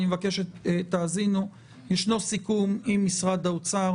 אני מבקש שתאזינו יש סיכום עם משרד האוצר,